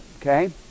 okay